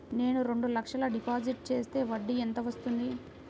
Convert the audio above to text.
నేను రెండు లక్షల డిపాజిట్ చేస్తే వడ్డీ ఎంత వస్తుంది?